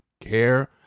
care